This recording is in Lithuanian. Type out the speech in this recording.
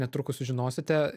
netrukus sužinosite